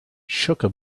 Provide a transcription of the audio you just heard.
chukka